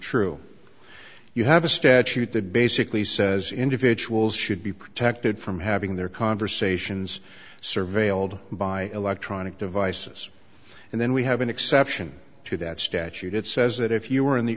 true you have a statute that basically says individuals should be protected from having their conversations surveilled by electronic devices and then we have an exception to that statute it says that if you are in the